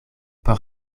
por